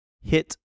hit